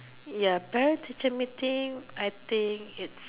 ya parent teacher meeting I think it's